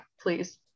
please